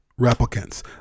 replicants